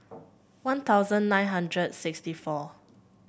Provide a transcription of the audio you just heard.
One Thousand nine hundred sixty four